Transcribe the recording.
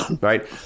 Right